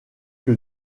que